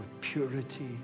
purity